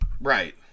Right